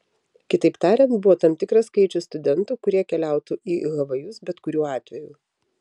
kitaip tariant buvo tam tikras skaičius studentų kurie keliautų į havajus bet kuriuo atveju